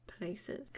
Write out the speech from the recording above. places